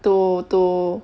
to to